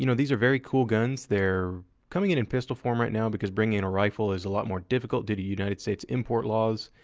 you know these are very cool guns. they're coming in a pistol form right now because bringing in a rifle is a lot more difficult due to united states import laws.